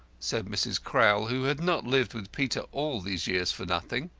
said mrs. crowl, who had not lived with peter all these years for nothing.